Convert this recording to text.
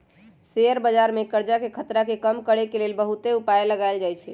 share बजार में करजाके खतरा के कम करए के लेल बहुते उपाय लगाएल जाएछइ